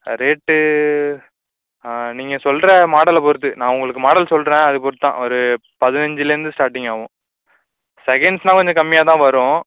rate நீங்கள் சொல்கிற மாடலை பொறுத்து நான் உங்களுக்கு மாடல் சொல்கிறேன் அது பொறுத்துதான் ஒரு பதினஞ்சிலேந்து ஸ்டார்டிங் ஆகும் செகண்ட்ஸ்னால் கொஞ்சம் கம்மியாக தான் வரும்